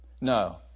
No